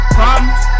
problems